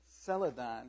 celadon